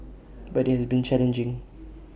but IT has been challenging